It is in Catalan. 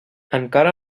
encara